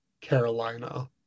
Carolina